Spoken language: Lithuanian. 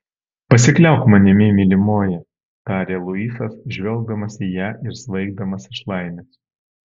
pasikliauk manimi mylimoji tarė luisas žvelgdamas į ją ir svaigdamas iš laimės